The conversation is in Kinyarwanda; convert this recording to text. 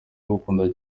agukunda